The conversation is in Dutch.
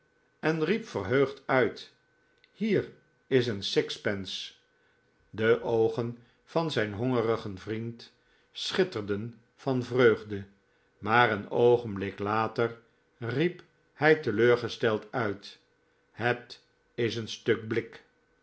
en riep verheugd uit hier is een sixpence de oogen van zijn hongerigen vriend schitterden van vreugde maar een oogenblik later riep hij teleurgesteld uit het is een stuk blik